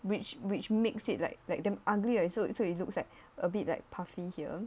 which which makes it like like damn ugly right so so it looks like a bit like puffy here